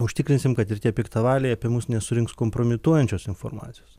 užtikrinsim kad ir tie piktavaliai apie mus nesurinks kompromituojančios informacijos